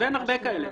אין הרבה כאלה.